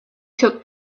took